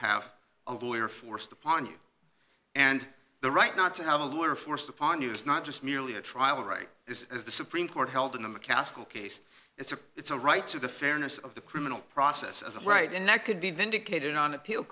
have a lawyer forced upon you and the right not to have a lawyer forced upon you is not just merely a trial right this is the supreme court held in the mccaskill case it's a it's a right to the fairness of the criminal process as a right and that could be vindicated on appeal